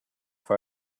far